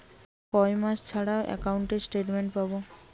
কয় মাস ছাড়া একাউন্টে স্টেটমেন্ট পাব?